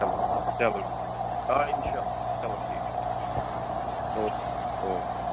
چلو چلو آ اِنشاء اللہ چلو ٹھیٖک چھُ ٹھیٖک چھُ او کے او کے